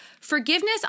forgiveness